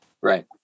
Right